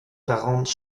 quarante